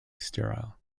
sterile